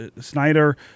Snyder